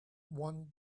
one